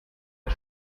das